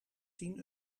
tien